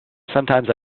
sometimes